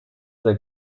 sein